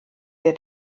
der